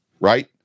right